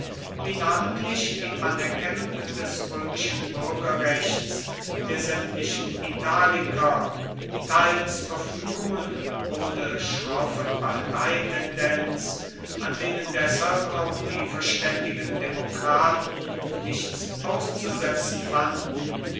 wie namentlich die anerkennung des römischen bürgerrechts der sämtlichen italiker teils verfügungen ohne schroffe parteitendenz an denen deshalb auch die verständigen demokraten nichts auszusetzen fanden